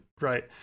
Right